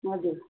हजुर